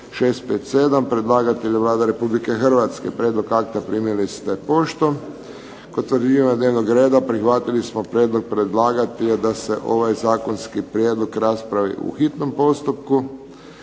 657 Predlagatelj je Vlada Republike Hrvatske. Prijedlog akta primili ste poštom. Kod utvrđivanja dnevnog reda prihvatili smo prijedlog predlagatelja da se ovaj zakonski prijedlog raspravi u hitnom postupku.